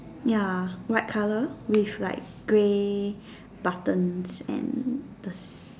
ya white colour with like grey buttons and this